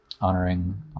honoring